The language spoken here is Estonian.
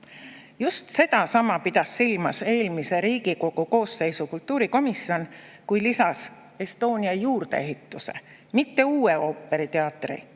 Just sedasama pidas silmas eelmise Riigikogu koosseisu kultuurikomisjon, kui lisas Estonia juurdeehituse – mitte uue ooperiteatri